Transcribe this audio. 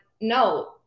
no